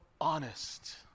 honest